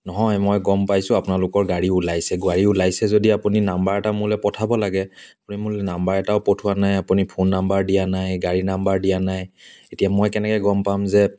নহয় মই গম পাইছোঁ আপোনালোকৰ গাড়ী ওলাইছে গাড়ী ওলাইছে যদি আপুনি নাম্বাৰ এটা মোলৈ পঠাব লাগে আপুনি মোলৈ নাম্বাৰ এটাও পঠোৱা নাই আপুনি ফোন নাম্বাৰ দিয়া নাই গাড়ী নাম্বাৰ দিয়া নাই এতিয়া মই কেনেকৈ গম পাম যে